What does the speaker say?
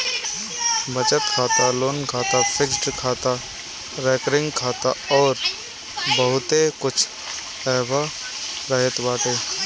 बचत खाता, लोन खाता, फिक्स्ड खाता, रेकरिंग खाता अउर बहुते कुछ एहवा रहत बाटे